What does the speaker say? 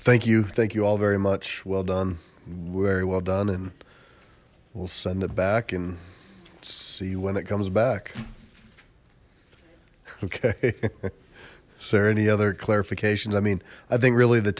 thank you thank you all very much well done very well done and we'll send it back and see when it comes back okay sir any other clarifications i mean i think really the